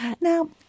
Now